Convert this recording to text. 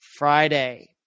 Friday